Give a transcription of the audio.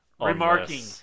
Remarking